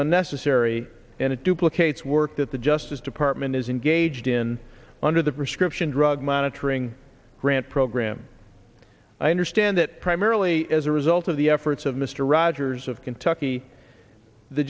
unnecessary and a duplicate swor that the justice department has engaged in under the prescription drug monitoring grant program i understand that primarily as a result of the efforts of mr rogers of kentucky the